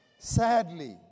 Sadly